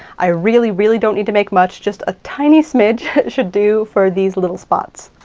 i really, really don't need to make much. just a tiny smidge should do for these little spots.